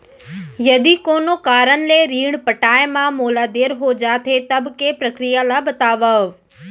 यदि कोनो कारन ले ऋण पटाय मा मोला देर हो जाथे, तब के प्रक्रिया ला बतावव